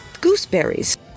gooseberries